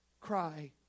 cry